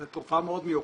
זו תרופה מאוד מיוחדת.